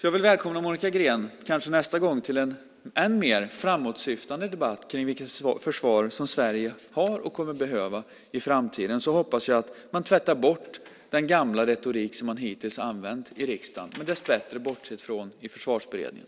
Jag vill välkomna Monica Green kanske nästa gång till en än mer framåtsyftande debatt om vilket försvar som Sverige har och kommer att behöva i framtiden. Jag hoppas då att man tvättar bort den gamla retorik som man hittills har använt i riksdagen, men som man dessbättre bortsett från i Försvarsberedningen.